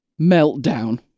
Meltdown